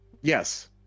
Yes